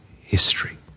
history